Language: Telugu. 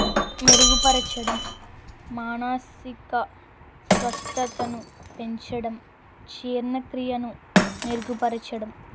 మెరుగుపరచడం మానసిక స్వస్థతను పెంచడం జీర్ణ క్రియను మెరుగుపరచడం